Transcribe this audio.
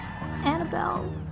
Annabelle